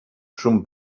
son